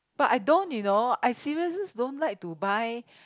but I don't you know I seriously don't like to buy